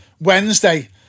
wednesday